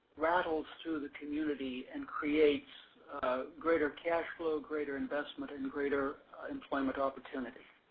rattles through the community and creates greater cash flow, greater investment and greater employment opportunity.